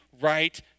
right